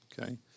Okay